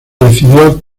recibió